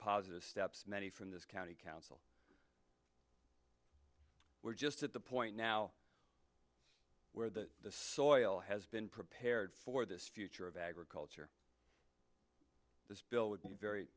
positive steps many from this county council we're just at the point now where the soil has been prepared for this future of agriculture this bill would be very